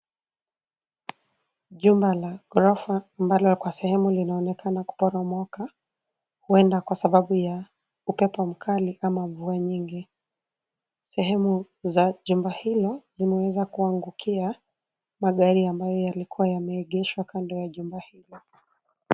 Jumba la ghorofa ambalo kwa sehemu linaonekana kuporomoka, huenda kwa sababu ya upepo mkali ama mvua nyingi. Sehemu za jumba hilo zimeweza kuangukia magari ambayo yalikuwa yameegeshwa kando ya jumba hilo.